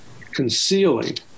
concealing